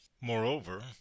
Moreover